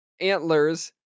antlers